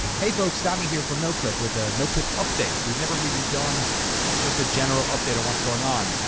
hey folks, danny here from noclip with a noclip update. we've never really done just a general update on what's going on.